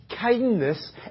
kindness